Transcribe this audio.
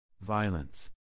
Violence